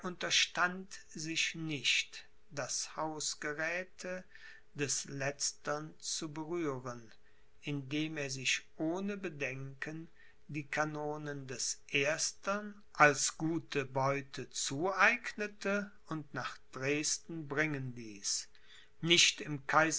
unterstand sich nicht das hausgeräthe des letztern zu berühren indem er sich ohne bedenken die kanonen des erstern als gute beute zueignete und nach dresden bringen ließ nicht